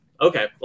Okay